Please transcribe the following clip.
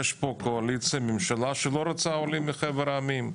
יש פה קואליציה, ממשלה שלא רוצה עולים מחבר העמים.